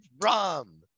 rum